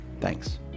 Thanks